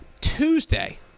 Tuesday